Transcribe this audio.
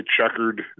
checkered